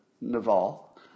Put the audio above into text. Naval